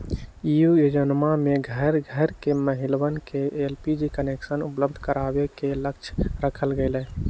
ई योजनमा में घर घर के महिलवन के एलपीजी कनेक्शन उपलब्ध करावे के लक्ष्य रखल गैले